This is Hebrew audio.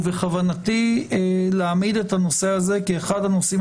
בכוונתי להעמיד את הנושא הזה כאחד הנושאים